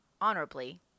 honorably